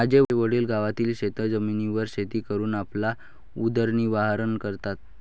माझे वडील गावातील शेतजमिनीवर शेती करून आपला उदरनिर्वाह करतात